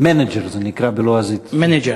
זה נקרא בלועזית מנג'ר.